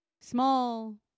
small